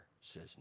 says